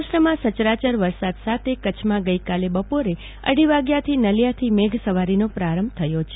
સૌરાષ્ટ્રમાં સચરાચર વરસાદ સાથે કચ્છમાં ગઈકાલ બપોરે દાઢી વાગ્યાથી નલિયાથી મેઘસવારીનો પ્રારંભ થયો હતો